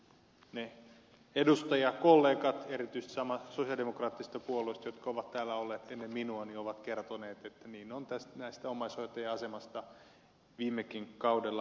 ne edustajakollegat erityisesti sosialidemokraattisesta puolueesta jotka täällä ovat olleet ennen minua ovat kertoneet että niin on tästä omaishoitajien asemasta viimekin kaudella äänestetty